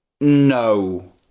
No